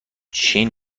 چین